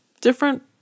different